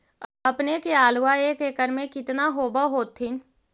अपने के आलुआ एक एकड़ मे कितना होब होत्थिन?